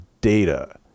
data